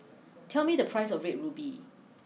tell me the price of Red ruby